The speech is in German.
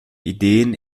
ideen